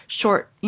short